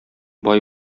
бай